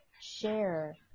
share